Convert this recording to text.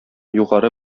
югары